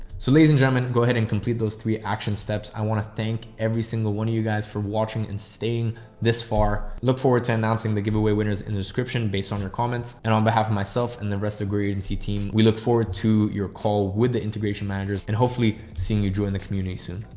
so ladies and gentlemen, go ahead and complete those three action steps. i want to thank every single one of you guys for watching and staying this far. look forward to announcing the giveaway winners in the description based on your comments and on behalf of myself and the rest of the growyouragency team, we look forward to your call with the integration managers and hopefully seeing you join the community soon.